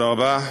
תודה רבה.